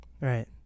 Right